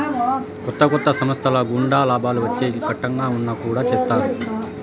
కొత్త కొత్త సంస్థల గుండా లాభాలు వచ్చేకి కట్టంగా ఉన్నా కుడా చేత్తారు